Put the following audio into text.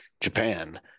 Japan